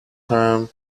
term